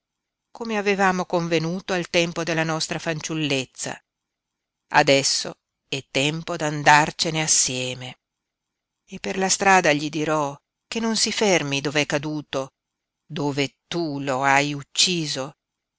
come avevamo convenuto al tempo della nostra fanciullezza adesso è tempo d'andarcene assieme e per la strada gli dirò che non si fermi dov'è caduto dove tu lo hai ucciso